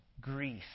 grief